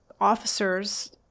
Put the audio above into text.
officers